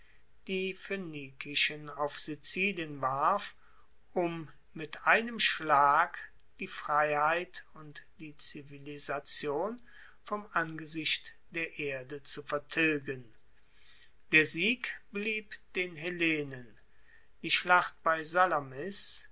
die phoenikischen auf sizilien warf um mit einem schlag die freiheit und die zivilisation vom angesicht der erde zu vertilgen der sieg blieb den hellenen die schlacht bei salamis